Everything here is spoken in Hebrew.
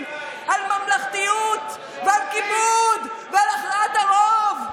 על ממלכתיות ועל כיבוד ועל הכרעת הרוב.